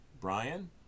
Brian